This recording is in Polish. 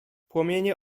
płomienie